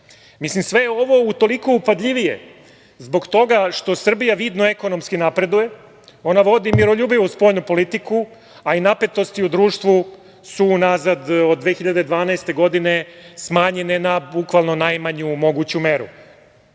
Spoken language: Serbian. sve je ovo utoliko upadljivije zbog toga što Srbija vidno ekonomski napreduje. Ona vodi miroljubivu spoljnu politiku, a i napetosti u društvu su unazad od 2012. godine smanjene na bukvalno najmanju moguću meru.